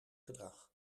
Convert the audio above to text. gedrag